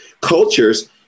cultures